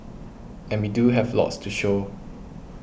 and we do have lots to show